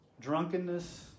Drunkenness